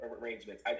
arrangements